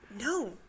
no